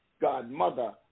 godmother